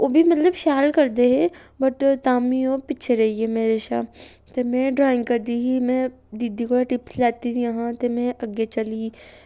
ओह् बी मतलब शैल करदे हे बट ताह्म्मीं ओह् पिच्छें रेही गे मेरे शा ते में ड्राइंग करदी ही में दीदी कोला टिप्स लैती दियां हां ते में अग्गें चली गेई